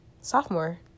Sophomore